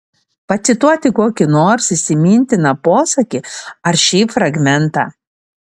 pacituoti kokį nors įsimintiną posakį ar šiaip fragmentą